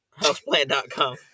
Houseplant.com